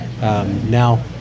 now